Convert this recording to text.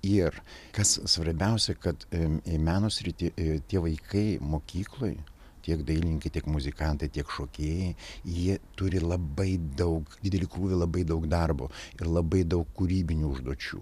ir kas svarbiausia kad į meno sritį tie vaikai mokykloj tiek dailininkai tiek muzikantai tiek šokėjai jie turi labai daug didelį krūvį labai daug darbo ir labai daug kūrybinių užduočių